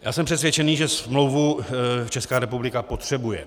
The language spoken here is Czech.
Já jsem přesvědčený, že smlouvu Česká republika potřebuje.